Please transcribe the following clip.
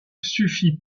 suffit